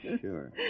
Sure